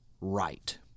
right